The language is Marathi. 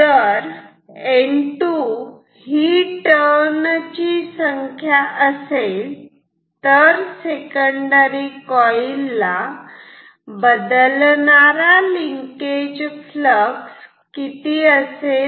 जर N2 ही टर्न ची संख्या असेल तर सेकंडरी कॉईल ला बदलणारा लिंकेज फ्लक्स किती असेल